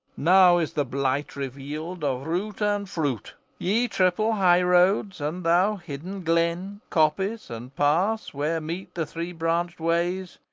now is the blight revealed of root and fruit. ye triple high-roads, and thou hidden glen, coppice, and pass where meet the three-branched ways,